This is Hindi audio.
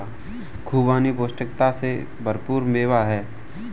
खुबानी पौष्टिकता से भरपूर मेवा है